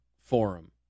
forum